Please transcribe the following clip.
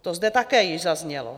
To zde také již zaznělo.